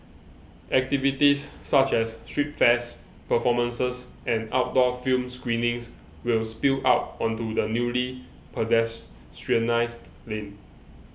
activities such as street fairs performances and outdoor film screenings will spill out onto the newly pedestrianised lane